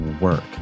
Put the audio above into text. work